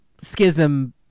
Schism